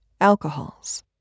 alcohols